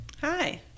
Hi